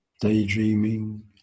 daydreaming